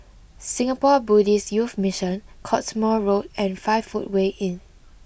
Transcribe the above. Singapore Buddhist Youth Mission Cottesmore Road and five footway Inn